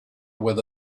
with